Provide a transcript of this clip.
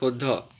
শুদ্ধ